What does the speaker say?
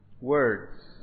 Words